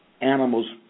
Animals